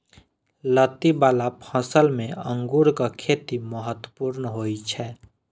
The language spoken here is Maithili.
लत्ती बला फसल मे अंगूरक खेती महत्वपूर्ण होइ छै